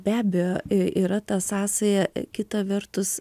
be abejo yra ta sąsaja kita vertus